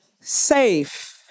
Safe